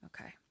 Okay